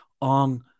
on